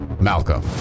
Malcolm